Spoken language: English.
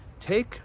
take